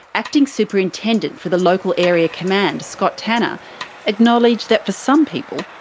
acting superintendent for the local area command scott tanner acknowledged that for some people,